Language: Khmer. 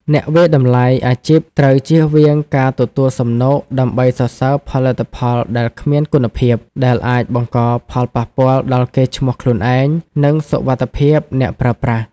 អ្នកវាយតម្លៃអាជីពត្រូវចៀសវាងការទទួលសំណូកដើម្បីសរសើរផលិតផលដែលគ្មានគុណភាព ដែលអាចបង្កផលប៉ះពាល់ដល់កេរ្តិ៍ឈ្មោះខ្លួនឯង និងសុវត្ថិភាពអ្នកប្រើប្រាស់។